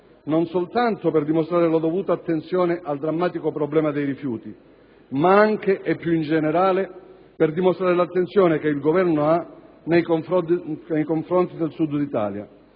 non soltanto per dimostrare la dovuta attenzione al drammatico problema dei rifiuti, ma anche e più in generale per dimostrare l'attenzione che il Governo ha nei confronti del Sud dell'Italia